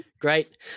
Great